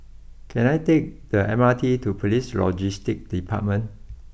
can I take the M R T to police Logistics Department